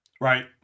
Right